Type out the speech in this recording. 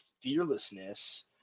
fearlessness